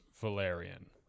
Valerian